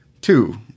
Two